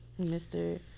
Mr